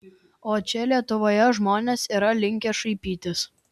o čia lietuvoje žmonės yra linkę šaipytis